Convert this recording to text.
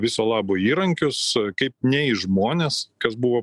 viso labo įrankius kaip ne į žmones kas buvo